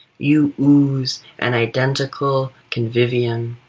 you ooze an identical convivium.